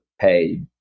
pay